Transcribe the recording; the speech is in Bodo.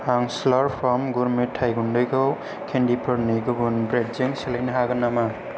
आं स्लार्प फार्म गुर मेथाइ गुन्दैखौ केन्दिफोरनि गुबुन ब्रेदजों सोलायनो हागोन नामा